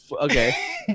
Okay